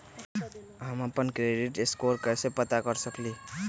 हम अपन credit score कैसे पता कर सकेली?